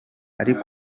ari